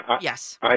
Yes